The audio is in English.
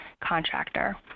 contractor